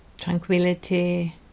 tranquility